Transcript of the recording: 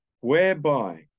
whereby